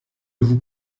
vous